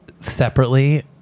separately